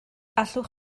allwch